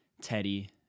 Teddy